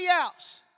else